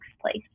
place